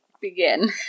begin